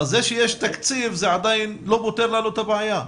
אז זה שיש תקציב זה עדיין לא פותר לנו את הבעיה.